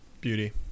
Beauty